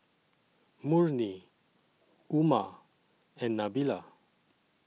Murni Umar and Nabila